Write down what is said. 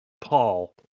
Paul